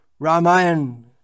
Ramayan